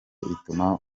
ituma